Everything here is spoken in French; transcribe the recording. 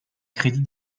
crédits